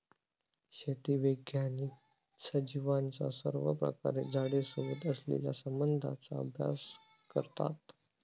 शेती वैज्ञानिक सजीवांचा सर्वप्रकारे झाडे सोबत असलेल्या संबंधाचा अभ्यास करतात